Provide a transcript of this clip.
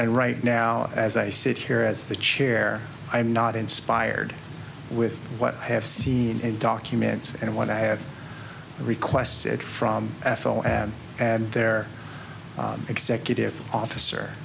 and right now as i sit here as the chair i'm not inspired with what i have seen in documents and what i have requested from f l and their executive officer